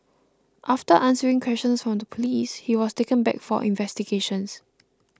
after answering questions from the police he was taken back for investigations